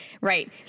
right